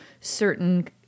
certain